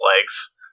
legs